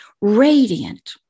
radiant